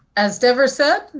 as devra said,